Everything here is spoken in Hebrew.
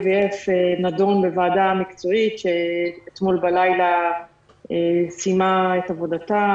IVF נדון בוועדה מקצועית שאתמול בלילה סיימה את עבודתה,